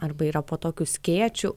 arba yra po tokiu skėčiu